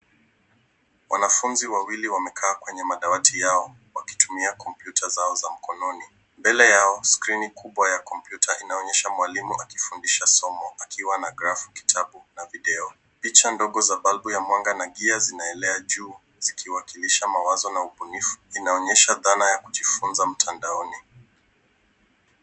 Wanafunzi wawili wamekaa kwenye madawati yao wakitumia kompyuta zao za mkononi, mbele yao skrini kubwa ya kompyuta inaonyesha mwalimu akifundisha somo akiwa na grafu, kitabu na video. Picha ndogo za balbu ya mwanga na gia zinaelea juu zikiwakilisha mawazo na ubunifu, inaonyesha dhana ya kujifunza mtandaoni.